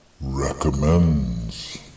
recommends